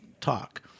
talk